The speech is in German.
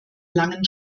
langen